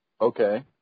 Okay